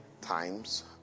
times